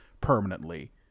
permanently